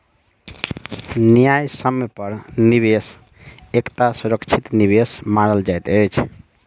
न्यायसम्य पर निवेश एकटा सुरक्षित निवेश मानल जाइत अछि